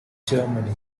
germany